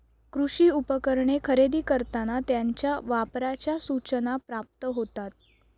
कृषी उपकरणे खरेदी करताना त्यांच्या वापराच्या सूचना प्राप्त होतात